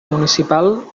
municipal